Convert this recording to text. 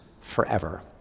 forever